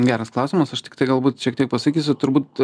geras klausimas aš tiktai galbūt šiek tiek pasakysiu turbūt